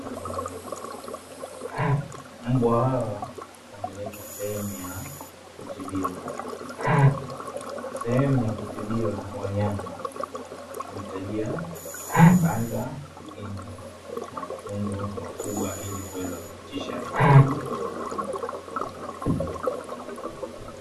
Mbwa hawa wameletwa sehemu ya kutibiwa, sehemu ya kutibiwa wanyama huitajia kibanda enye matundu makubwa iki kuweza kupitisha hewa.